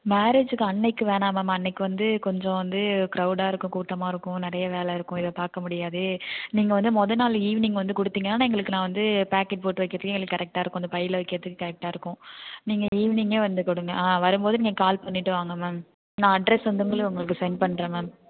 மேரேஜிக்கு அன்னைக்கு வேணாம் மேம் அன்னைக்கு வந்து கொஞ்சம் க்ரவுடாக இருக்கும் கூட்டமாக இருக்கும் நிறைய வேலை இருக்கும் இதை பாக்க முடியாது நீங்கள் வந்து முதல் நாள் ஈவினிங் வந்து கொடுத்திங்கனா எங்களுக்கு நான் வந்து பாக்கெட் போட்டு வைக்கிறதுக்கு எங்களுக்கு கரெக்டாக இருக்கும் அந்த பையில் வைக்கிறதுக்கு கரெக்டாக இருக்கும் நீங்கள் ஈவினிங்யே வந்து கொடுங்க ஆ வரும் போது நீங்கள் கால் பண்ணிவிட்டு வாங்க மேம் நான் அட்ரெஸ் வந்தோனே உங்களுக்கு சென்ட் பண்ணுறேன் மேம்